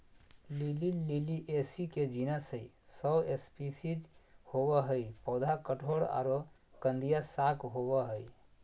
lily Liliaceae के genus हई, सौ स्पिशीज होवअ हई, पौधा कठोर आरो कंदिया शाक होवअ हई